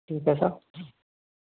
ठीक है सर